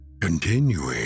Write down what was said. continuing